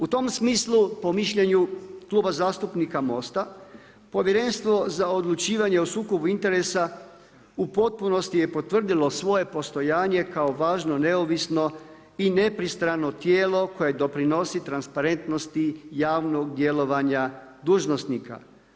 U tom smislu po mišljenju Kluba zastupnika MOST-a Povjerenstvo za odlučivanje o sukobu interesa u potpunosti je potvrdilo svoje postojanje kao važno, neovisno i nepristrano tijelo koje doprinosi transparentnosti javnog djelovanja dužnosnika.